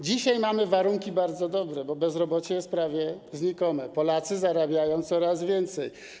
Dzisiaj mamy warunki bardzo dobre, bo bezrobocie jest znikome, Polacy zarabiają coraz więcej.